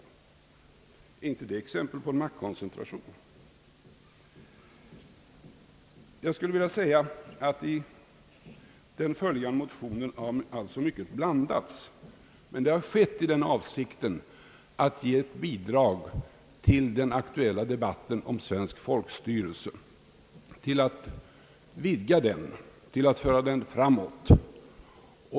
Är inte det ett exempel på maktkoncentration? I den följande högermotionen har således mycket blandats, men det har skett i avsikten att ge ett bidrag till den aktuella debatten om svenskt folkstyre, till att vidga den och föra den framåt.